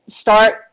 start